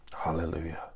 Hallelujah